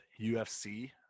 UFC